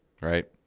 right